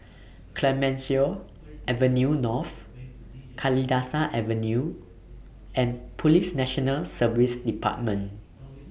Clemenceau Avenue North Kalidasa Avenue and Police National Service department